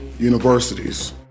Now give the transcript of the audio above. Universities